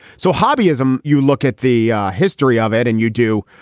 so lobbyism, you look at the history of it and you do.